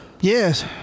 Yes